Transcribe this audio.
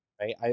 Right